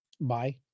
Bye